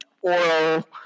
oral